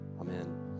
amen